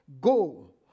Go